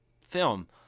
film